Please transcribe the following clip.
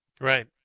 right